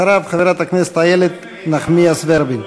אחריו, חברת הכנסת איילת נחמיאס ורבין.